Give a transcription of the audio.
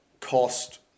cost